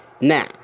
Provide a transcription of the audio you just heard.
Now